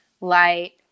light